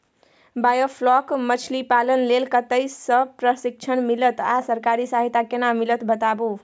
Biofloc मछलीपालन लेल कतय स प्रशिक्षण मिलत आ सरकारी सहायता केना मिलत बताबू?